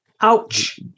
ouch